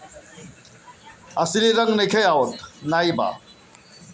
इ फूल पानी में होला जेकर रंग हल्का नीला होखेला